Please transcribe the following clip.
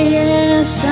yes